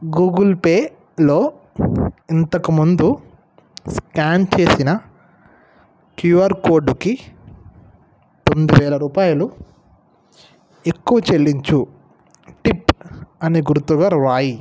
Google పేలో ఇంతకు ముందు స్క్యాన్ చేసిన క్యూఆర్ కోడుకి తొమ్మిది వేల రూపాయలు ఎక్కువ చెల్లించు టిప్ అని గురుతుగా వ్రాయి